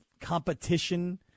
competition